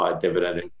dividend